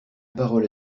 parole